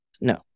No